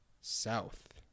south